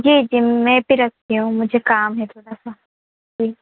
जी जी मैं भी रखती हूँ मुझे काम है थोड़ा सा जी